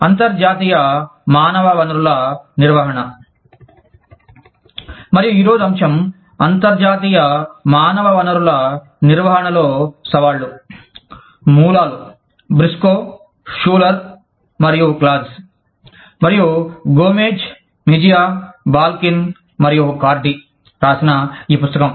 అంతర్జాతీయ మానవ వనరుల నిర్వహణ మరియు ఈ రోజు అంశం అంతర్జాతీయ మానవ వనరుల నిర్వహణలో సవాళ్లు మూలాలు బ్రిస్కో షులర్ క్లాజ్Briscoe Schuler Claus మరియు గోమెజ్ మెజియా బాల్కిన్ కార్డిGomez Mejia Balkin Cardyరాసిన ఈ పుస్తకం